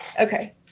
Okay